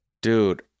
Dude